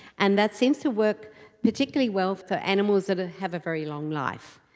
and that seems to work particularly well for animals that ah have a very long life.